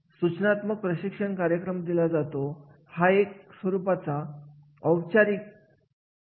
यालाच आपण प्रशिक्षण कार्यक्रमाच्या गरजांचे अवलोकन असे म्हणत असतो